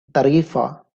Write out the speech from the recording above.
tarifa